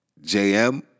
JM